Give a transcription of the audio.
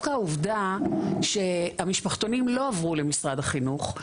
דווקא העובדה שהמשפחתונים לא עברו למשרד החינוך,